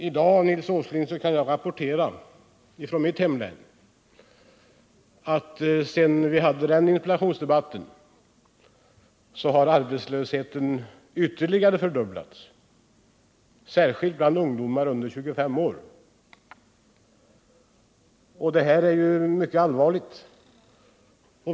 I dag, Nils Åsling, kan jag rapportera från mitt hemlän att sedan vi hade interpellationsdebatten har arbetslösheten ytterligare fördubblats. Särskilt svår är den bland ungdomar under 25 år. Detta är mycket allvarligt.